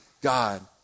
God